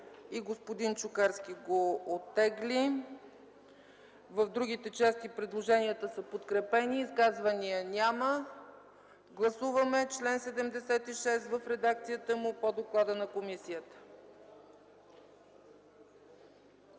И господин Чукарски го оттегли. В другите части предложенията са подкрепени. Изказвания няма. Гласуваме чл. 76 в редакцията му по доклада на комисията.